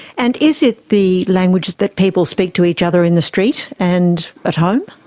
and is it the language that people speak to each other in the street and at home?